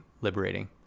liberating